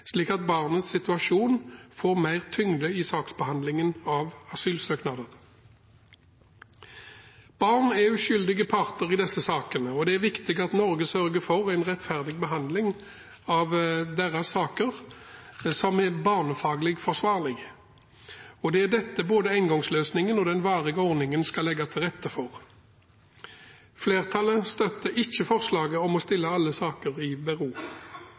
slik at barnets situasjon får mer tyngde i saksbehandlingen av asylsøknader. Barn er uskyldige parter i disse sakene, og det er viktig at Norge sørger for en rettferdig behandling av deres saker som er barnefaglig forsvarlig, og det er dette både engangsløsningen og den varige ordningen skal legge til rette for. Flertallet støtter ikke forslaget om å stille alle saker i bero.